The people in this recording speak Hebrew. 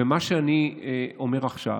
ומה שאני אומר עכשיו: